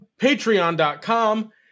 patreon.com